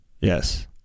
Yes